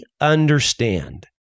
understand